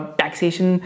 taxation